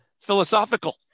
philosophical